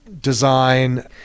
design